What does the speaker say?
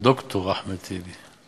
ד"ר אחמד טיבי,